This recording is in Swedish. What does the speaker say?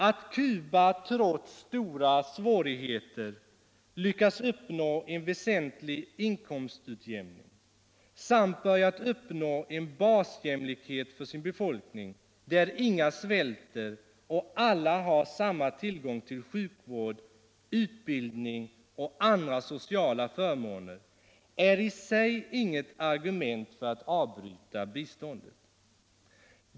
Att Cuba trots stora svårigheter lyckats uppna en väsentlig inkomstutjämning och börjat uppnå en basjämlikhet för sin befolkning, där inga svälter och alla har samma tillgång till sjukvård, utbildning och andra sociala förmåner. är i sig inget argument för att avbryta biståndet.